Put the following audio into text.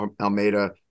Almeida